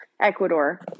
ecuador